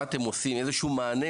איזשהו מענה,